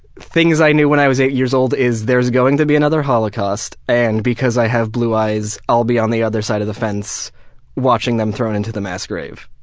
things i knew when i was eight years old is there's going to be another holocaust and because i have blue eyes i'll be on the other side of the fence watching them thrown into the mass grave.